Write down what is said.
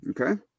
okay